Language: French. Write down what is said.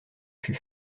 fut